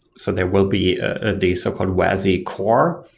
so there will be ah the so-called wasi core,